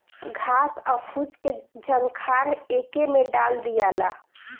घास आ फूस के झंखार एके में डाल दियाला